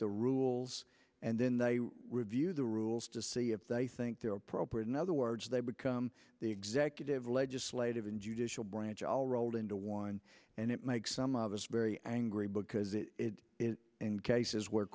the rules and then they review the rules to see if they think they're appropriate in other words they become the executive legislative and judicial branch all rolled into one and it makes some of us very angry because in cases where